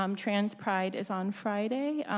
um transpride is on friday,